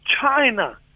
China